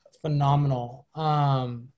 phenomenal